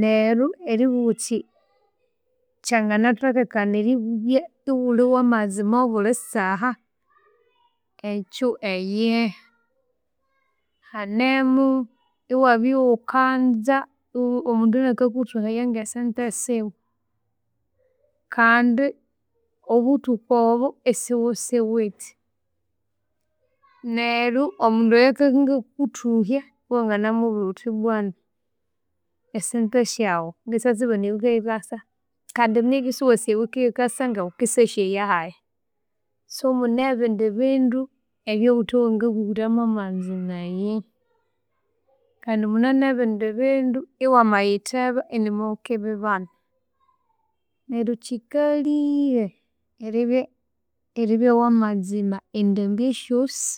neru eribughuthi kyangana thokekana eribubya iwuli wamazima obuli saha, ekyu eyehe. Hanemu iwabya iwukanza omundu inakakuthuhaya ngesente siwe kandi obuthuku obo isiwusiwithe, neryu omundu oyo akakakuthuhya iwanganamubwira wuthi bwanu esente syawu ngisyasibana ewiki eyikasa kandi nibya isiwasi e week eyikasa ngawukisyasyeyahayi. So mune ebindi bindu ebyawuthi wangahira mwamazima eyihi. Kandi mune nebindi bindu iwamayitheba inimo wukibibana. Neru kyikalhire eribya, eribya wamazima endambi syosi